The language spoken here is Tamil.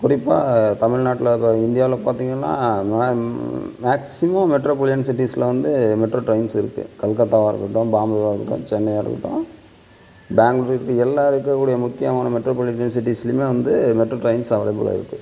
குறிப்பாக தமிழ்நாட்டில் இந்தியாவில் பார்த்தீங்கனா மேக்ஸிமம் மெட்ரோபொலியன் சிட்டிஸில் வந்து மெட்ரோ ட்ரெயின்ஸ் இருக்கு கல்கத்தாவாக இருக்கட்டும் பாம்பேவாக இருக்கட்டும் சென்னையாக இருக்கட்டும் பெங்களூர் இருக்கு எல்லா இருக்கக்கூடிய முக்கியமான மெட்ரோபொலிடியன் சிட்டிஸ்லேயுமே வந்து மெட்ரோ ட்ரெயின்ஸ் அவைலபுளா இருக்கு